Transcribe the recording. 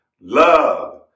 love